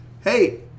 Hey